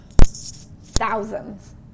thousands